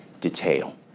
detail